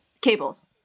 cables